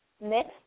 next